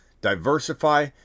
diversify